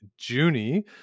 Junie